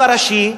והרב הראשי,